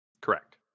Correct